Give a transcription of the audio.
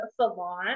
salon